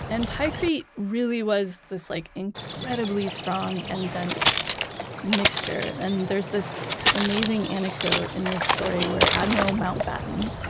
and pykrete really was this like incredibly strong and dense mixture. and there's this amazing anecdote in this story where admiral mountbatten,